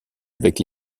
avec